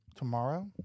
Tomorrow